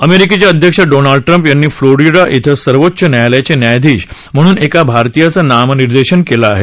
अमेरिकेचे अध्यक्ष Donald Trump यांनी फ्लोरिडा इथं सर्वोच्च न्यायालयाचे न्यायाधीश म्हणून एका भारतीयाचं नामनिर्देशन केलं आहे